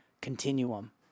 continuum